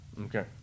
Okay